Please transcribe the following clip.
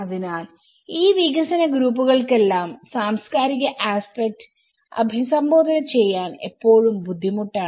അതിനാൽ ഈ വികസന ഗ്രൂപ്പുകൾക്കെല്ലാം സാംസ്കാരിക ആസ്പെക്ട് അഭിസംബോധന ചെയ്യാൻ എപ്പോഴും ബുദ്ധിമുട്ടാണ്